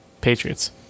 Patriots